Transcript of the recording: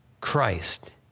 Christ